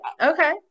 okay